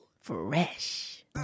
Fresh